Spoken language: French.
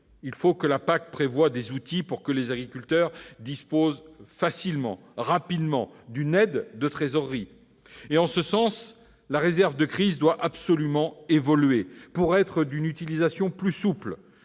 il faut que la PAC prévoie des outils pour que les agriculteurs disposent rapidement et facilement d'une aide de trésorerie. En ce sens, la réserve de crise doit absolument évoluer pour être d'utilisation plus souple.